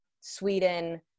sweden